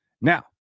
Now